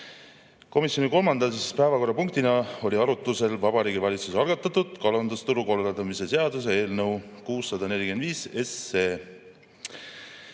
Komisjoni kolmanda päevakorrapunktina oli arutlusel Vabariigi Valitsuse algatatud kalandusturu korraldamise seaduse eelnõu 645.